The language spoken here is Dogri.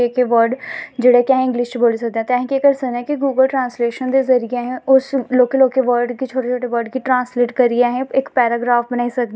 मतलव दुस हर चीज़ देस्सी देओ अज्ज कल सोचदे अगर परानें जेह्के दादा दादी होईये नानी होई कोई ताई चाची जेह्ड़े कोई सौ साल दे बी होनें